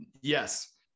yes